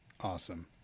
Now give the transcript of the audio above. Awesome